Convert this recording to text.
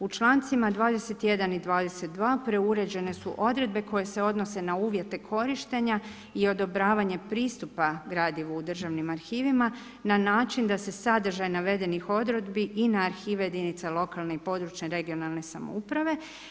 U člancima 21. i 22. preuređene su odredbe koje se odnose na uvjete korištenja i odobravanje pristupa gradivu u državnim arhivima na način da se sadržaj navedenih odredbi i n a arhive jedinica lokalne i područne (regionalne) samouprave.